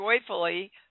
joyfully